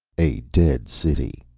a dead city,